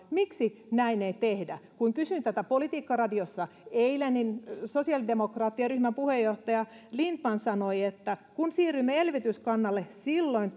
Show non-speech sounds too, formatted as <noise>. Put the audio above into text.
miksi näin ei tehdä kun kysyin tätä politiikkaradiossa eilen niin sosiaalidemokraattien ryhmän puheenjohtaja lindtman sanoi että kun siirrymme elvytyskannalle silloin <unintelligible>